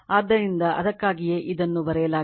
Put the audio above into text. ಆದ್ದರಿಂದ ಅದಕ್ಕಾಗಿಯೇ ಇದನ್ನು ಬರೆಯಲಾಗಿದೆ